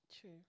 True